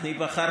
אבל בגלל